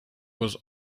was